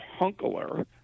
Hunkler